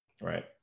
right